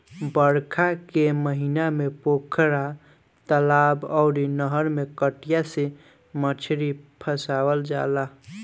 बरखा के महिना में पोखरा, तलाब अउरी नहर में कटिया से मछरी फसावल जाला